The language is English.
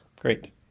Great